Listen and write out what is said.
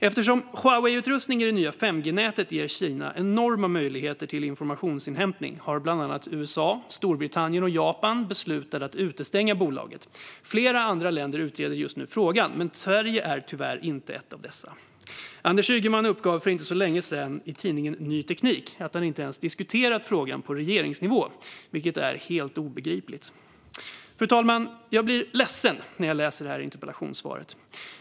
Eftersom Huaweiutrustning i det nya 5G-nätet ger Kina enorma möjligheter till informationsinhämtning har bland andra USA, Storbritannien och Japan beslutat att utestänga bolaget. Flera andra länder utreder just nu frågan, men Sverige är tyvärr inte ett av dessa. Anders Ygeman uppgav för inte så länge sedan i tidningen Ny teknik att han inte ens diskuterat frågan på regeringsnivå, vilket är helt obegripligt. Fru talman! Jag blir ledsen när jag läser det här interpellationssvaret.